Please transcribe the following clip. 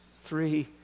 three